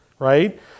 right